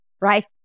right